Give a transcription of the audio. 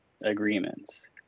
agreements